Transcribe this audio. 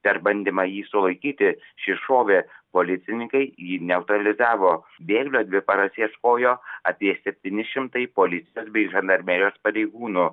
per bandymą jį sulaikyti šis šovė policininkai jį neutralizavo bėglio dvi paras ieškojo apie septyni šimtai policijos bei žandarmerijos pareigūnų